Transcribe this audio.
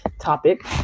topic